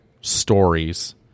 stories